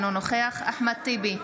אינו נוכח אחמד טיבי,